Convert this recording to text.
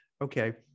Okay